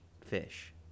fish